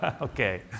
Okay